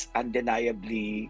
undeniably